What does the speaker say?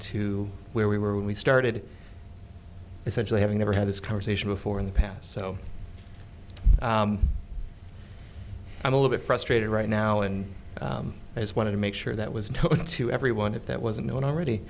to where we were when we started essentially having never had this conversation before in the past so i'm a little bit frustrated right now and i just wanted to make sure that was to everyone if that wasn't already